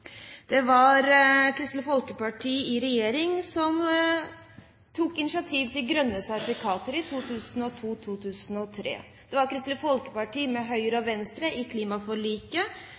Det var Kristelig Folkeparti i regjering som tok initiativ til grønne sertifikater i 2002–2003. Det var Kristelig Folkeparti, med Høyre og Venstre i klimaforliket